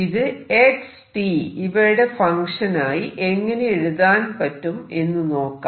ഇത് xt ഇവയുടെ function ആയി എങ്ങനെ എഴുതാൻ പറ്റും എന്ന് നോക്കാം